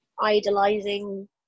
idolizing